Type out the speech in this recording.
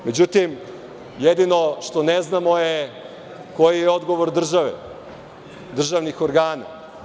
Međutim, jedino što ne znamo je koji je odgovor države, državnih organa.